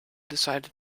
decided